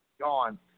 gone